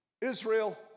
Israel